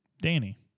Danny